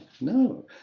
No